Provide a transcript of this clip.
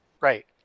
right